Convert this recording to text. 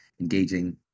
engaging